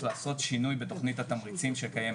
לעשות שינוי בתכנית התמריצים שקיימת,